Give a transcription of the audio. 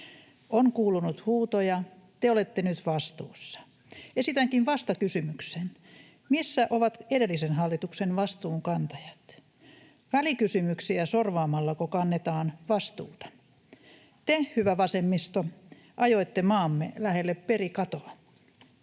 On kuulunut huutoja: te olette nyt vastuussa. Esitänkin vastakysymyksen: Missä ovat edellisen hallituksen vastuunkantajat? Välikysymyksiä sorvaamallako kannetaan vastuuta? Te, hyvä vasemmisto, ajoitte maamme lähelle perikatoa.